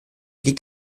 liegt